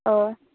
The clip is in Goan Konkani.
हय